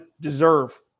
deserve